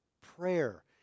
prayer